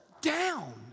down